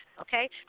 Okay